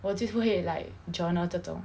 我就会 like journal 这种